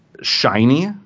shiny